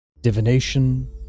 divination